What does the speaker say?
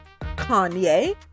Kanye